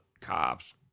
cops